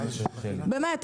באמת,